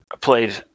played